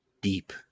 deep